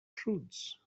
prudes